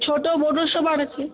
ছোটো বড় সবার আছে